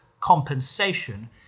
compensation